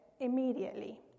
Immediately